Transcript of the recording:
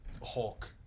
Hulk